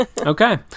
Okay